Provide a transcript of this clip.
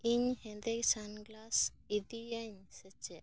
ᱤᱧ ᱦᱮᱸᱫᱮ ᱥᱟᱱᱜᱞᱟᱥ ᱤᱫᱤᱭᱟᱹᱧ ᱥᱮ ᱪᱮᱫ